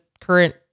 current